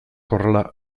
horrela